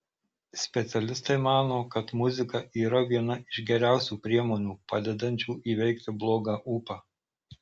specialistai mano kad muzika yra viena iš geriausių priemonių padedančių įveikti blogą ūpą